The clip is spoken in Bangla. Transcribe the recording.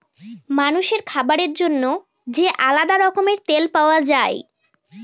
মানুষের খাবার জন্য যে আলাদা রকমের তেল পাওয়া যায়